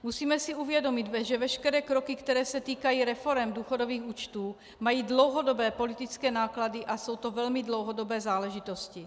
Musíme si uvědomit, že veškeré kroky, které se týkají reforem důchodových účtů, mají dlouhodobé politické náklady a jsou to velmi dlouhodobé záležitosti.